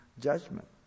judgment